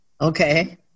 Okay